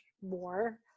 more